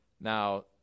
Now